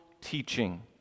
teaching